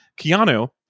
Keanu